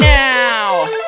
now